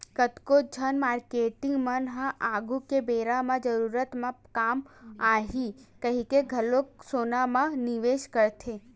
कतको झन मारकेटिंग मन ह आघु के बेरा म जरूरत म काम आही कहिके घलो सोना म निवेस करथे